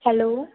hello